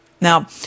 Now